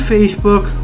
Facebook